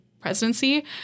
presidency